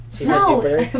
No